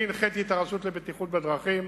אני הנחיתי את הרשות לבטיחות בדרכים,